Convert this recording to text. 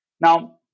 Now